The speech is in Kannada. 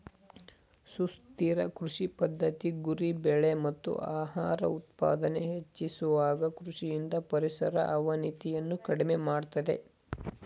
ಸುಸ್ಥಿರ ಕೃಷಿ ಪದ್ಧತಿ ಗುರಿ ಬೆಳೆ ಮತ್ತು ಆಹಾರ ಉತ್ಪಾದನೆ ಹೆಚ್ಚಿಸುವಾಗ ಕೃಷಿಯಿಂದ ಪರಿಸರ ಅವನತಿಯನ್ನು ಕಡಿಮೆ ಮಾಡ್ತದೆ